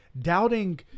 doubting